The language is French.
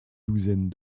douzaine